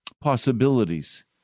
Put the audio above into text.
possibilities